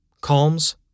Calms